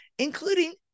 including